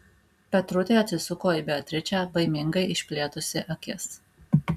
petrutė atsisuko į beatričę baimingai išplėtusi akis